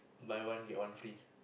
buy one get one free